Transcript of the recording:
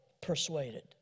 persuaded